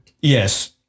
Yes